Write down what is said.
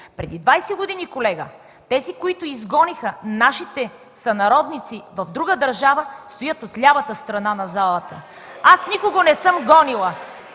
Преди 20 години, колега, тези, които изгониха нашите сънародници в друга държава, стоят от лявата страна на залата. (Силен шум и